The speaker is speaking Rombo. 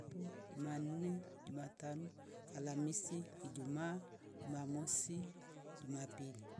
Jumamme. jumatanu. alamisi. ijuma. jumamosi. jumapili.